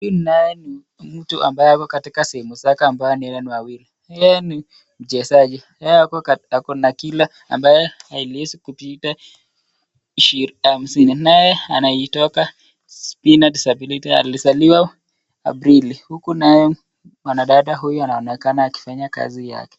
Uyu naye ni mtu ambaye ako katika sehemu zake ambaye yeye ni wawili. Yeye ni mchezaji, yeye ako na kila ambayo haliwezi kupita hamsini ,nayo anaitoka spinaL disability. Alizaliwa aprili ,uku nayo mwanadada anaonekana akifanya kazi yake.